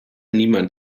niemand